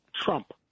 Trump